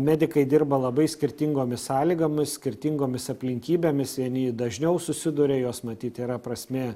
medikai dirba labai skirtingomis sąlygomis skirtingomis aplinkybėmis vieni dažniau susiduria juos matyt yra prasmė